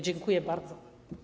Dziękuję bardzo.